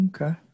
okay